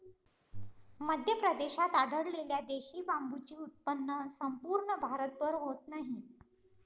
मध्य प्रदेशात आढळलेल्या देशी बांबूचे उत्पन्न संपूर्ण भारतभर होत नाही